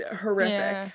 horrific